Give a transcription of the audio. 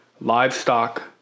livestock